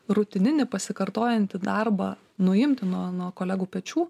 rutininį pasikartojantį darbą nuimti nuo nuo kolegų pečių